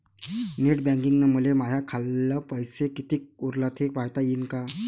Net बँकिंगनं मले माह्या खाल्ल पैसा कितीक उरला थे पायता यीन काय?